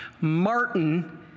Martin